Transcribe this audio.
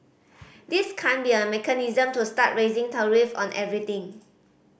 this can't be a mechanism to start raising tariffs on everything